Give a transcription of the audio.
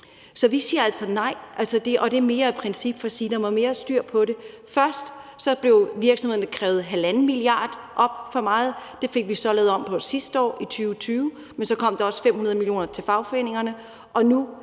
Så vi siger altså nej. Og det er mere som princip og for at sige, at der må mere styr på det. Først blev virksomhederne opkrævet 1,5 mia. kr. for meget, men det fik vi så lavet om på sidste år, i 2020, men så kom der også 500 mio. kr. til fagforeningerne,